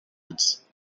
roads